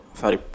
sorry